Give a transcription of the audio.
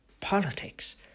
politics